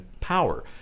power